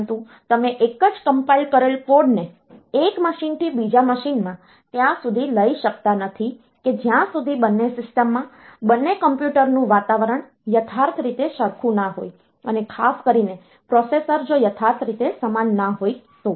પરંતુ તમે એક જ કમ્પાઈલ કરેલ કોડને એક મશીનથી બીજા મશીનમાં ત્યાં સુધી લઈ શકતા નથી કે જ્યાં સુધી બંને સિસ્ટમમાં બંને કોમ્પ્યુટરનું વાતાવરણ યથાર્થ રીતે સરખું ન હોય અને ખાસ કરીને પ્રોસેસર જો યથાર્થ રીતે સમાન હોય તો